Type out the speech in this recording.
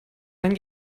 dann